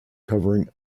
covering